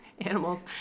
animals